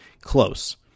close